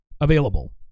available